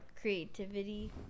creativity